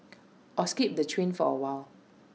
or skip the train for awhile